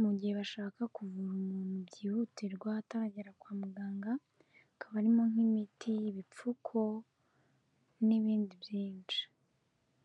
mu gihe bashaka kuvura umuntu byihutirwa ataragera kwa muganga, hakaba harimo nk'imiti, ibipfuko n'ibindi byinshi.